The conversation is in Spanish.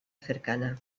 cercana